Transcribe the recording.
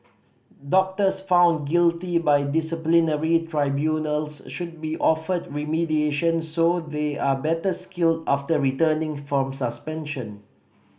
doctors found guilty by disciplinary tribunals should be offered remediation so they are better skilled after returning from suspension